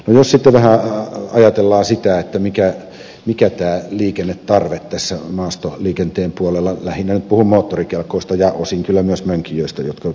jos sitten vähän ajatellaan sitä mikä tämä liikennetarve tässä maastoliikenteen puolella on lähinnä nyt puhun moottorikelkoista ja osin kyllä myös mönkijöistä jotka ed